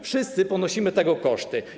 Wszyscy ponosimy tego koszty.